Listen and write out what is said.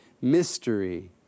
Mystery